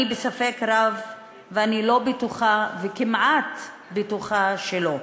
אני בספק רב ואני לא בטוחה, אני כמעט בטוחה שלא.